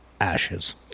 ashes